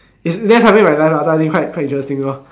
that's happening in my life lah so I think quite quite interesting lor